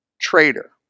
traitor